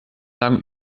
lagen